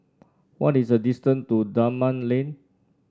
what is the distance to Dunman Lane